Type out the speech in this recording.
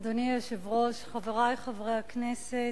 אדוני היושב-ראש, חברי חברי הכנסת,